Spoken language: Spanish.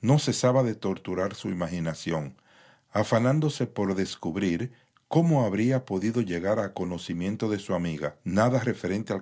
no cesaba de torturar su imaginación afanándose por descubrir cómo habría podido llegar a conocimiento de su amiga nada referente al